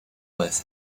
with